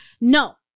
No